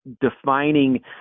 Defining